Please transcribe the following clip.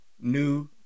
new